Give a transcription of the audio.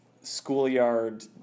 schoolyard